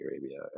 Arabia